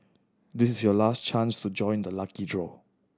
this is your last chance to join the lucky draw